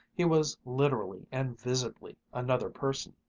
he was literally and visibly another person.